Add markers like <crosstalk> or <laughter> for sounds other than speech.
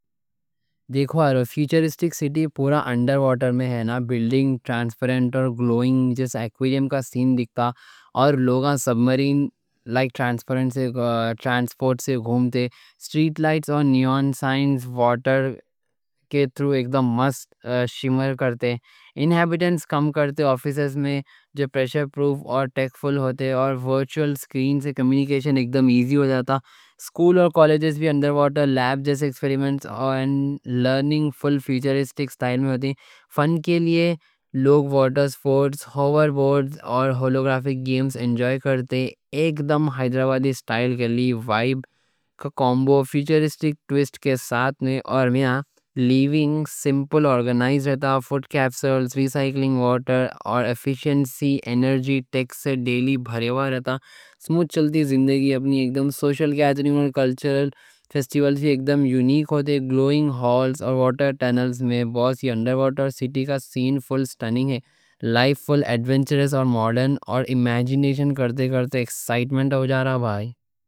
دیکھو آ رہو فیوچرسٹک سٹی پورا انڈر وارٹر میں ہے نا، بلڈنگ ٹرانسپیرنٹ اور گلوئنگ، جیسے ایکویریم کا سین دکھتا。اور لوگاں سبمرین لائک ٹرانسپیرنٹ سے <hesitation> ٹرانسپورٹ سے گھومتے。اسٹریٹ لائٹس اور نیون سائنز وارٹر کے <hesitation> تھرو ایکدم مست شِمر کرتے。انہیبیٹنٹس کم کرتے آفیسز میں، جو پریشر پروف اور ٹیک فل ہوتے، اور ورچول اسکرین سے کمیونیکیشن ایکدم ایزی ہو جاتا。اسکول اور کالجز بھی انڈر وارٹر لیب جیسے ایکسپیریمنٹ اور <hesitation> لرننگ، فل فیوچرسٹک اسٹائل میں ہوتے。فن کے لیے لوگ وارٹر سپورٹس، ہوور بورڈ اور ہولوگرافک گیمز انجوائے کرتے، ایکدم حیدرآبادی اسٹائل کے لیے وائب کا کومبو。فیوچرسٹک ٹویسٹ کے ساتھ، میں اور میاں لیونگ سمپل، آرگنائز رہتا؛ فوڈ کیپسولز، ریسائکلنگ، وارٹر اور ایفیشنسی انرجی ٹیک سے ڈیلی بھراوا رہتا。سموتھ چلتی زندگی اپنی، ایکدم سوشل گیادرنگ اور کلچرل فیسٹیول ایکدم یونیک ہوتے。گلوئنگ ہالز اور وارٹر ٹنلز میں، پورا انڈر وارٹر سٹی کا سین فل اسٹننگ ہے؛ لائف فل ایڈونچرس اور ماڈرن، اور ام امیجینیشن کرتے کرتے ایکسائٹمنٹ ہو جا رہا، بھائی。